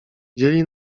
dzieli